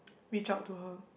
reach out to her